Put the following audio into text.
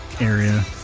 area